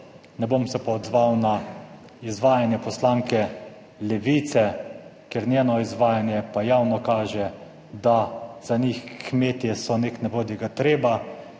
ne bom se pa odzval na izvajanje poslanke Levice, ker njeno izvajanje pa javno kaže, da za njih kmetje so nek nebodigatreba,